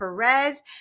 Perez